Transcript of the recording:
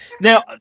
now